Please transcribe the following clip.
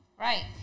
Right